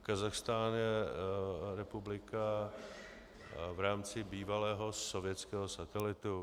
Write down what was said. Kazachstán je republika v rámci bývalého sovětského satelitu.